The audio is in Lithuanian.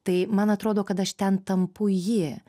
tai man atrodo kad aš ten tampu ji